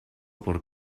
por